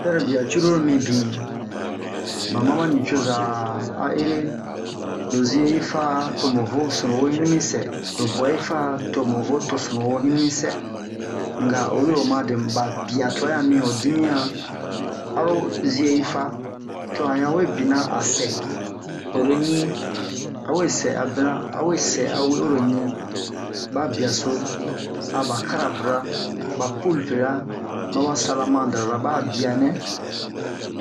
sɛrobia cruru mibin ba ma ba nicoza a ere lo zie yi fa to mu vo sunu wo hini mi sɛ lo bwa yi fa to mu vo to sunu wo yini mi sɛ n'ga oyi ro o ma dɛ mu ba bia tu'an han mi ho dimiyan aro zie yi fa to han yan we bini asɛ oro ɲi a we sɛ a bina a we sɛ a we oro ɲi ba biaso a ba krabura ba pulpera ma ba salamandrera ba'a bianɛ